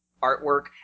artwork